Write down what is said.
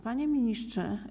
Panie Ministrze!